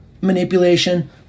manipulation